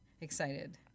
excited